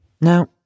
Now